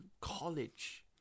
college